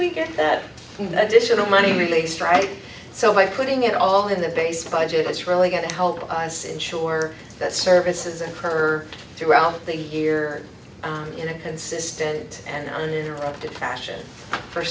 we get that in additional money released right so by putting it all in the base budget it's really going to help ensure that services occur throughout the year in a consistent and uninterrupted passion for